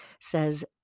says